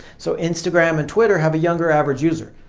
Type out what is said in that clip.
so instagram and twitter have a younger average user.